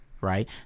Right